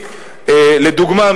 לדוגמה,